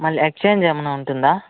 మళ్ళీ ఎక్స్చేంజ్ ఏమన్న ఉంటుందా